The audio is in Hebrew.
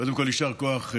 קודם כול, יישר כוח,